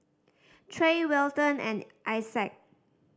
Trey Welton and Isaac